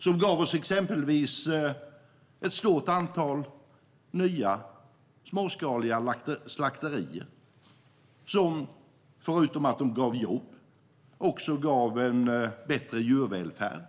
Den gav oss exempelvis ett stort antal nya småskaliga slakterier, som förutom att de gav jobb också gav en bättre djurvälfärd.